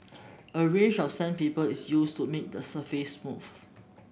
a range of sandpaper is used to make the surface smooth